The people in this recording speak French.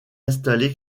installer